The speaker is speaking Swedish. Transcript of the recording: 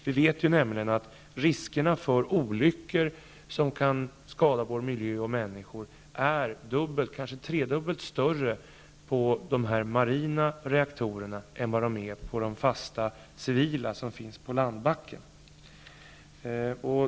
Vi vet nämligen att riskerna för olyckor som kan skada vår miljö och människor är dubbelt, eller tredubbelt, större vid dessa marina reaktorer än vid de fasta civila, som finns på landbacken.